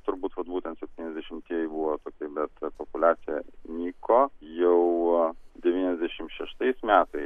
turbūt vat būtent septyniasdešimtieji buvo tokie bet populiacija nyko jau devyniasdešimt šeštais metais